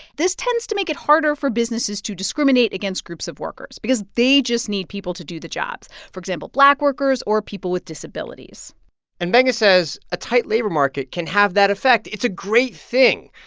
this tends to make it harder for businesses to discriminate against groups of workers because they just need people to do the jobs for example, black workers or people with disabilities and gbenga says a tight labor market can have that effect. it's a great thing.